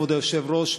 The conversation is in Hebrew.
כבוד היושב-ראש,